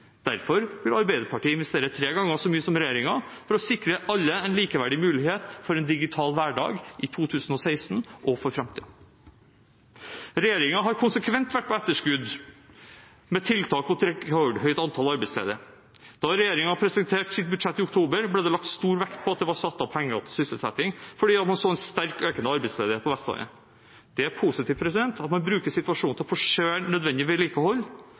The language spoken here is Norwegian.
Derfor vil Arbeiderpartiet investere tre ganger så mye som regjeringen for å sikre alle en likeverdig mulighet for en digital hverdag i 2016 og for framtiden. Regjeringen har konsekvent vært på etterskudd med tiltak mot et rekordhøyt antall arbeidsledige. Da regjeringen presenterte sitt budsjett i oktober, ble det lagt stor vekt på at det var satt av penger til sysselsetting, fordi man så en sterkt økende arbeidsledighet på Vestlandet. Det er positivt at man bruker situasjonen til å forsere nødvendig vedlikehold.